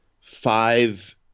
five